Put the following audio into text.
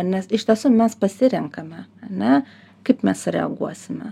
nes iš tiesų mes pasirenkame ane kaip mes reaguosime